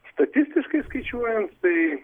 statistiškai skaičiuojant tai